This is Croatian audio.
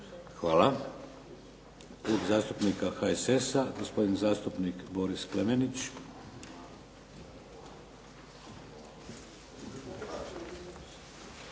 Hvala. Klub zastupnika HSS-a, gospodin zastupnik Boris Klemenić.